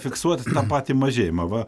fiksuot tą patį mažėjimą va